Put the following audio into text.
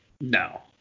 No